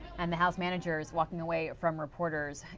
and the house manager is walking away from reporters.